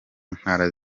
ntara